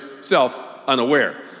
self-unaware